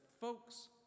folks